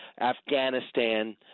Afghanistan